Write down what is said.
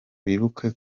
wibuke